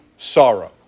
Sorrow